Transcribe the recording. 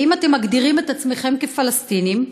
ואם אתם מגדירים את עצמכם כפלסטינים,